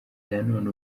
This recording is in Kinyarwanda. nanone